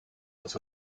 als